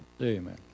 Amen